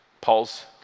Paul's